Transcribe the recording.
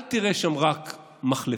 אל תראה שם רק מחלפים,